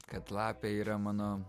kad lapė yra mano